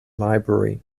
library